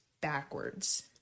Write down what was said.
backwards